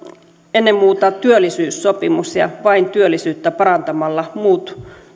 ennen muuta työllisyyssopimus ja vain työllisyyttä parantamalla muut